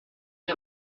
qui